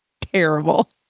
Terrible